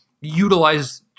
utilize